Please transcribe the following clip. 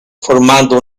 formando